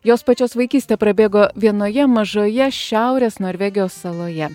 jos pačios vaikystė prabėgo vienoje mažoje šiaurės norvegijos saloje